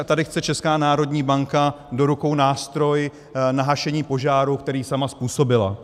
Tady chce Česká národní banka do rukou nástroj na hašení požáru, který sama způsobila.